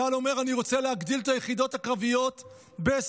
צה"ל אומר שהוא רוצה להגדיל את היחידות הקרביות ב-20%,